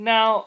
Now